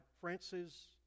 Francis